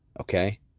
Okay